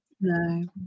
No